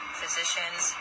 physicians